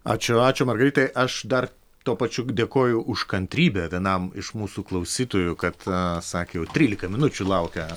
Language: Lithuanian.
ačiū ačiū margaritai aš dar tuo pačiu dėkoju už kantrybę vienam iš mūsų klausytojų kad sakė jau trylika minučių laukia